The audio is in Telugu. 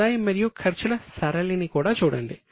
ఆదాయం మరియు ఖర్చుల సరళిని కూడా చూడండి